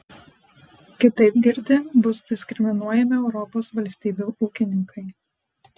kitaip girdi bus diskriminuojami europos valstybių ūkininkai